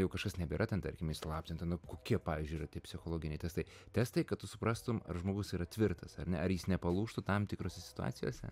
jau kažkas nebėra ten tarkim įslaptinta nu kokie pavyzdžiui yra tie psichologiniai testai testai kad tu suprastum ar žmogus yra tvirtas ar ne ar jis nepalūžtų tam tikrose situacijose